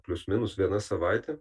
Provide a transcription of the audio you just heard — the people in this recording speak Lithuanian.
plius minus viena savaitė